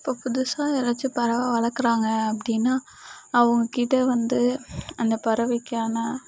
இப்போ புதுசாக யாராச்சும் பறவை வளர்க்குறாங்க அப்படின்னா அவங்கக்கிட்ட வந்து அந்த பறவைக்கான